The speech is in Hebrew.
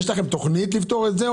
יש לכם תכנית לפתור את זה?